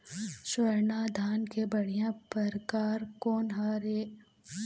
स्वर्णा धान के बढ़िया परकार कोन हर ये?